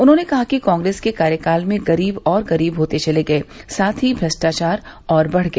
उन्होंने कहा कि कांग्रेस के कार्यकाल में गरीब और गरीब होते चले गये साथ ही भ्रष्टाचार और बढ़ गया